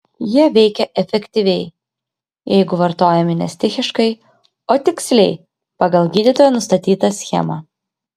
jie veikia efektyviai jeigu vartojami ne stichiškai o tiksliai pagal gydytojo nustatytą schemą